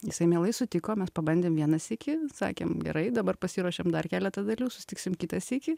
jisai mielai sutiko mes pabandėm vieną sykį sakėm gerai dabar pasiruošiam dar keletą dalių susitiksim kitą sykį